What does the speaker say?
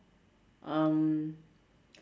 um